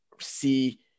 see